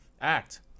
act